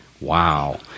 wow